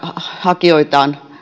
hakijoita on